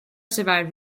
survived